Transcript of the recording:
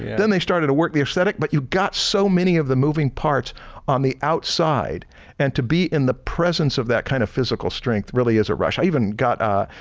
then they started to work the aesthetic, but you got so many of the moving parts on the outside and to be in the presence of that kind of physical strength really is a rush. i even got ah,